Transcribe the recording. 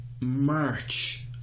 march